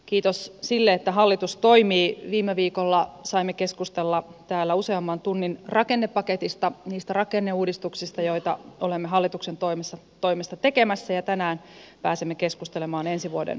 kiitos sille että hallitus toimii viime viikolla saimme keskustella täällä useamman tunnin rakennepaketista niistä rakenneuudistuksista joita olemme hallituksen toimesta tekemässä ja tänään pääsemme keskustelemaan ensi vuoden talousarviosta